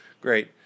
Great